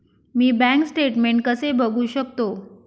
मी bank statement कसे बघू शकतो?